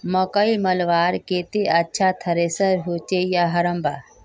मकई मलवार केते अच्छा थरेसर होचे या हरम्बा?